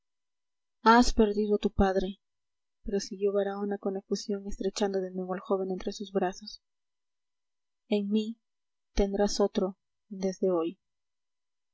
has perdido a tu padre prosiguió baraona con efusión estrechando de nuevo al joven entre sus brazos en mí tendrás otro desde hoy